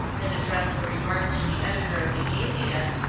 and addressed the remark to the editor of the atheist,